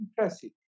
Impressive